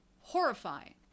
horrifying